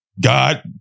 God